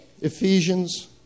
Ephesians